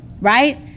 right